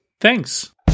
Thanks